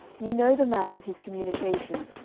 ye know the man, and his communication.